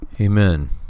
Amen